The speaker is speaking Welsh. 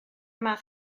math